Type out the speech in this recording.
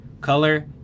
Color